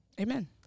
Amen